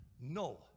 No